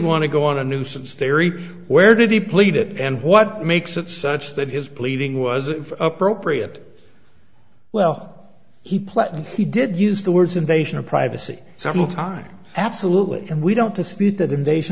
want to go on a nuisance stary where did he plead it and what makes it such that his pleading wasn't appropriate well he pled he did use the words invasion of privacy several times absolutely and we don't dispute that invasion